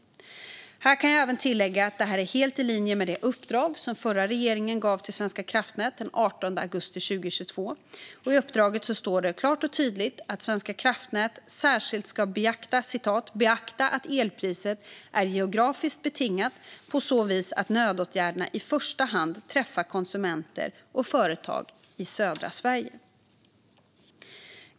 Här kan jag även tillägga att detta är helt i linje med det uppdrag som den förra regeringen gav till Svenska kraftnät den 18 augusti 2022. I uppdraget står det klart och tydligt att Svenska kraftnät särskilt ska "beakta att elpriset är geografiskt betingat på så vis att nödåtgärderna i första hand träffar konsumenter och företag i södra Sverige".